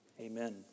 amen